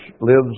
lives